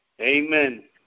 amen